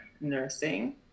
nursing